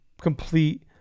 complete